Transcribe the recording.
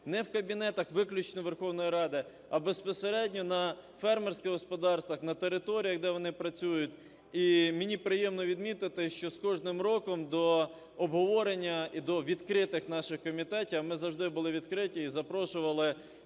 не в кабінетах виключно Верховної Ради, а безпосередньо на фермерських господарствах, на територіях, де вони працюють. І мені приємно відмітити, що з кожним роком до обговорення і до відкритих наших комітетів - а ми завжди були відкриті і запрошували